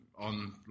on